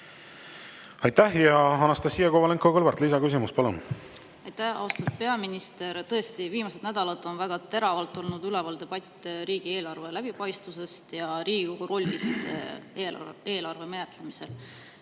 Aitäh! Ja Anastassia Kovalenko-Kõlvart, lisaküsimus, palun! Aitäh! Austatud peaminister, tõesti, viimased nädalad on väga teravalt olnud üleval debatt riigieelarve läbipaistvusest ja Riigikogu rollist eelarve menetlemisel.